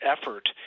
effort